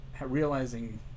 realizing